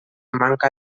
manca